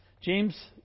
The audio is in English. James